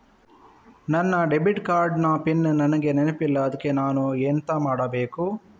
ನನ್ನ debit card ನ pin ನನಗೆ ನೆನಪಿಲ್ಲ ಅದ್ಕೆ ನಾನು ಎಂತ ಮಾಡಬೇಕು?